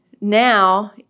Now